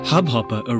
Hubhopper